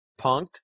punked